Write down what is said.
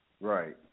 Right